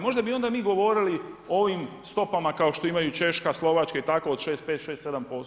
Možda bi onda mi govorili o ovim stopama kao što imaju Češka, Slovačka i tako od 5, 6, 7%